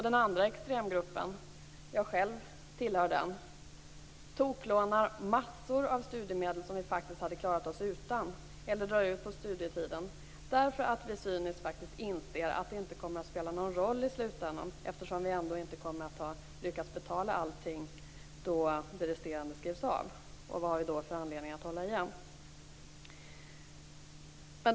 Den andra extremgruppen, som jag själv tillhör, toklånar massor av studiemedel som de faktiskt hade klarat sig utan eller drar ut på studietiden, därför att de cyniskt inser att det inte kommer att spela någon roll i slutändan eftersom de ändå inte lyckas betala allting och de resterande skrivs av. Vad har man då för anledning att betala igen?